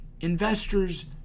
Investors